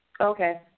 Okay